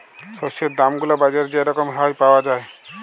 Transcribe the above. শস্যের দাম গুলা বাজারে যে রকম হ্যয় পাউয়া যায়